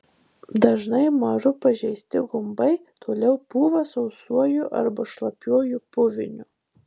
dažnai maru pažeisti gumbai toliau pūva sausuoju arba šlapiuoju puviniu